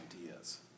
ideas